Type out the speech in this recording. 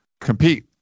compete